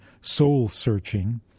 soul-searching